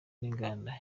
n’inganda